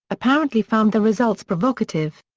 apparently found the results provocative.